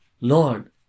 Lord